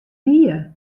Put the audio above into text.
die